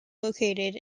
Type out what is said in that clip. located